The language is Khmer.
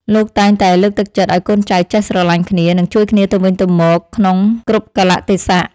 លោកតែងតែលើកទឹកចិត្តឱ្យកូនចៅចេះស្រឡាញ់គ្នា និងជួយគ្នាទៅវិញទៅមកក្នុងគ្រប់កាលៈទេសៈ។